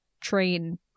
train